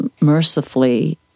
mercifully